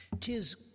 Tis